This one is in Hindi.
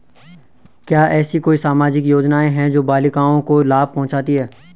क्या ऐसी कोई सामाजिक योजनाएँ हैं जो बालिकाओं को लाभ पहुँचाती हैं?